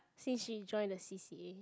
since she join the c_c_a